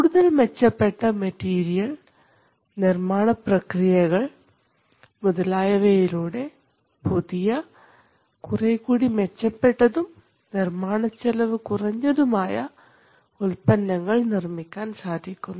കൂടുതൽ മെച്ചപ്പെട്ട മെറ്റീരിയൽ നിർമ്മാണ പ്രക്രിയകൾ മുതലായവയിലൂടെ പുതിയ കുറേക്കൂടി മെച്ചപ്പെട്ടതും നിർമ്മാണച്ചെലവ് കുറഞ്ഞതുമായ ഉൽപ്പന്നങ്ങൾ നിർമ്മിക്കാൻ സാധിക്കുന്നു